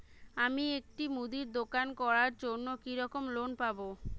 আমি একটি মুদির দোকান করার জন্য কি রকম লোন পাব?